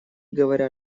говорят